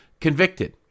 convicted